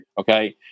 okay